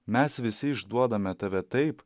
mes visi išduodame tave taip